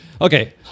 Okay